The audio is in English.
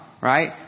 right